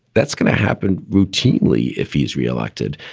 that's going to happen routinely if he's re-elected.